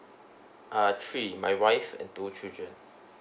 uh three my wife and two children